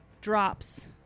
drops